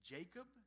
Jacob